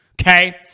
Okay